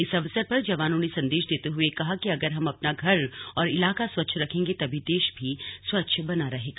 इस अवसर पर जवानों ने संदेश देते हुए कहा कि अगर हम अपना घर और इलाका स्वच्छ रखेंगे तभी देश भी स्वच्छ बना रहेगा